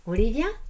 Olivia